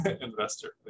investor